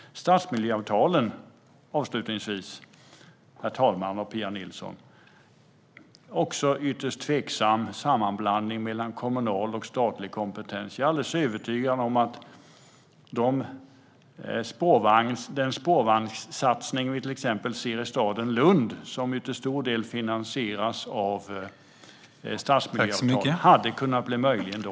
Stadsmiljöavtalen, avslutningsvis, är en ytterst tveksam sammanblandning mellan kommunal och statlig kompetens. Jag är alldeles övertygad om att den spårvagnssatsning som vi ser i till exempel staden Lund och som till stor del finansieras av stadsmiljöavtal hade kunnat bli möjlig ändå.